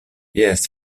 jes